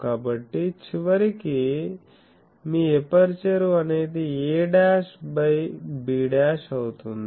కాబట్టి చివరికి మీ ఎపర్చరు అనేది aబై b' అవుతుంది